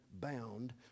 bound